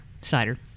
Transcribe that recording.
cider